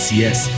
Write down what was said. yes